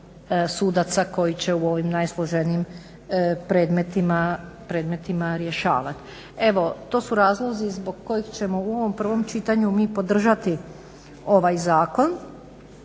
sudaca koji će u ovim najsloženijim predmetima rješavati. Evo, to su razlozi zbog kojih ćemo u ovom prvom čitanju mi podržati ovaj zakon